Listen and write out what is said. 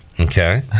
Okay